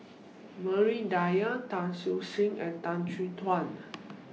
Maria Dyer Tan Siew Sin and Tan Chin Tuan